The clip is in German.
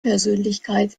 persönlichkeit